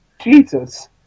Jesus